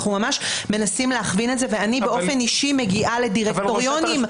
אנחנו ממש מנסים להכווין ואני באופן אישי מגיעה לדירקטוריונים של בנקים.